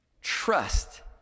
trust